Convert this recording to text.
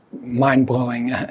mind-blowing